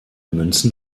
münzen